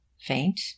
faint